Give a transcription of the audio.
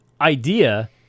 idea